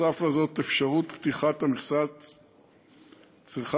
מסיבה זו הוחלט על פתיחת מכסה בהיקף 3,000 טון,